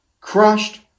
crushed